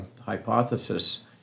hypothesis